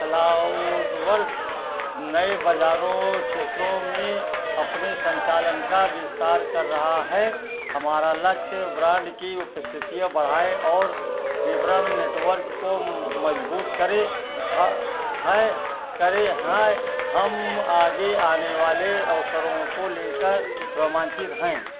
CloudWorks नए बाज़ारों क्षेत्रों में अपने संचालन का विस्तार कर रहा है हमारा लक्ष्य ब्रांड की उपस्थितियां बढ़ाएँ और विवरण नेटवर्क को मज़बूत करे है करे हैं हम आगे आने वाले अवसरों को लेकर रोमांचित हैं